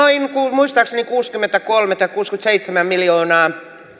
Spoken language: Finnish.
muistaakseni noin kuusikymmentäkolme tai kuusikymmentäseitsemän miljoonaa